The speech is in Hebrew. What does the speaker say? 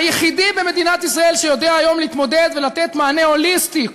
והוא היחיד במדינת ישראל שיודע היום להתמודד ולתת מענה הוליסטי,